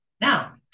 Now